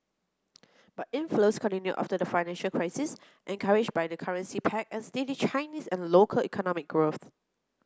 but inflows continued after the financial crisis encouraged by the currency peg and steady Chinese and local economic growth